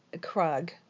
Krug